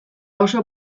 oso